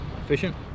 efficient